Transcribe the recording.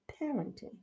parenting